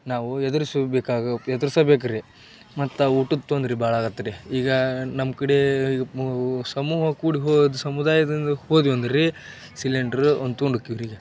ನಾವು ಎದುರ್ಸಬೇಕಾಗಿ ಎದ್ರಿಸಬೇಕ್ ರೀ ಮತ್ತು ಊಟದ್ ತೊಂದ್ರೆ ಭಾಳ ಆಗತ್ತೆ ರೀ ಈಗ ನಮ್ಮ ಕಡೆ ಇದು ಮೂ ಸಮೂಹ ಕೂಡಿ ಹೋದ ಸಮುದಾಯದಿಂದ ಹೋದ್ವಿ ಅಂದರೆ ರೀ ಸಿಲಿಂಡ್ರು ಒಂದು ತೊಗೊಂಡ್ ಹೊಕ್ತೀವ್ ರೀ ಈಗ